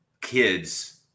kids